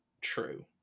true